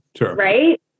Right